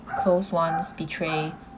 close ones betray